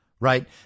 right